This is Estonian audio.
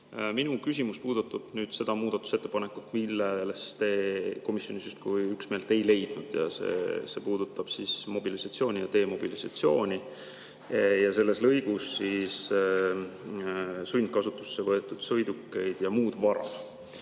Minu küsimus puudutab seda muudatusettepanekut, milles te komisjonis justkui üksmeelt ei leidnud: see puudutab mobilisatsiooni ja demobilisatsiooni ning selles lõigus sundkasutusse võetud sõidukeid ja muud vara.